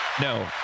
No